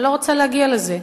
אני לא רוצה להגיע לזה.